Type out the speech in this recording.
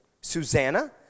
Susanna